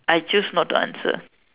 I choose not to answer